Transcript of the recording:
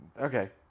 Okay